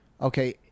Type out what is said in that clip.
okay